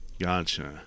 Gotcha